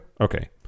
Okay